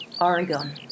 Oregon